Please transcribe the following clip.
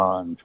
on